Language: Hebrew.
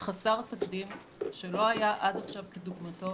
חסר תקדים שלא היה עד עכשיו כדוגמתו.